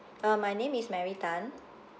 uh my name is mary tan